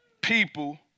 people